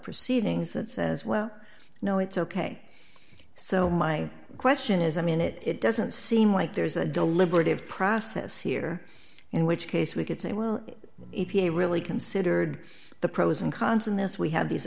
proceedings that says well no it's ok so my question is i mean it it doesn't seem like there's a deliberative process here in which case we could say well e p a really considered the pros and cons in this we have these